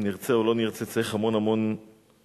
אם נרצה או לא נרצה, צריך המון-המון טיפול.